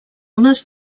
unes